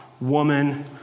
woman